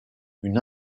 une